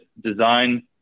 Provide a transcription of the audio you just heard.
design